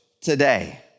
today